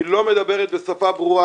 היא לא מדברת בשפה ברורה,